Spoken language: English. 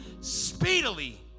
speedily